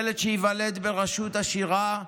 ילד שייוולד ברשות עשירה,